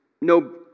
no